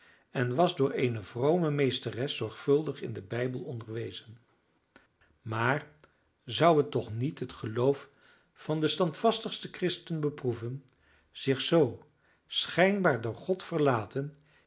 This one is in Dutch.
en was door eene vrome meesteres zorgvuldig in den bijbel onderwezen maar zou het toch niet het geloof van den standvastigsten christen beproeven zich zoo schijnbaar door god verlaten